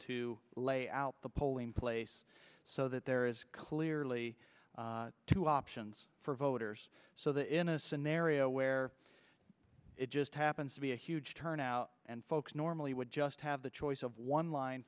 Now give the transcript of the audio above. to lay out the polling place so that there is clearly two options for voters so that in a scenario where it just happens to be a huge turnout and folks normally would just have the choice of one line